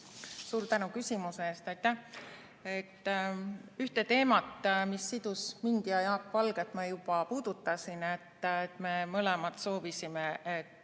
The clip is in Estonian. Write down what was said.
Suur tänu küsimuse eest! Ühte teemat, mis sidus mind ja Jaak Valget, ma juba puudutasin: me mõlemad soovisime, et